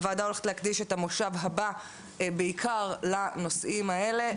הוועדה הולכת להקדיש את המושב הבא בעיקר לנושאים האלה,